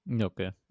Okay